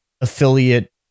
affiliate